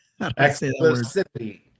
exclusivity